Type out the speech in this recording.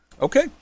Okay